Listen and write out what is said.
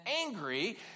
angry